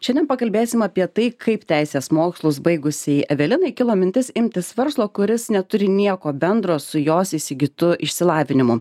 šiandien pakalbėsim apie tai kaip teisės mokslus baigusiai evelinai kilo mintis imtis verslo kuris neturi nieko bendro su jos įsigytu išsilavinimu